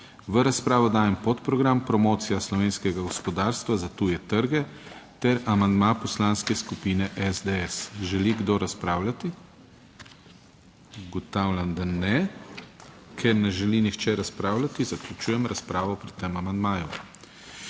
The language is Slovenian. V razpravo dajem podprogram Promocija slovenskega gospodarstva za tuje trge ter amandma Poslanske skupine SDS. Želi kdo razpravljati? Ugotavljam, da ne. Ker ne želi nihče razpravljati zaključujem razpravo pri tem amandmaju.